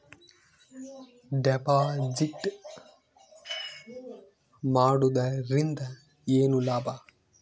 Deposit ಮಾಡುದರಿಂದ ಏನು ಲಾಭ?